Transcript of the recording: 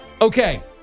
Okay